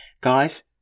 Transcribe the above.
Guys